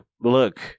look